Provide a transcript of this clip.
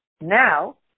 now